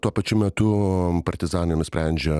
tuo pačiu metu partizanai nusprendžia